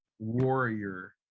warrior